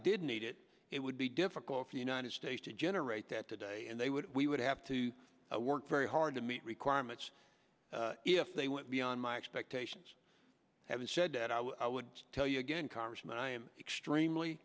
did need it it would be difficult for the united states to generate that today and they would we would have to work very hard to meet requirements if they went beyond my expectations having said that i would tell you again congressman i am extremely